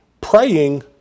praying